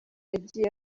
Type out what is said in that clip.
yagiye